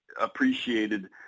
appreciated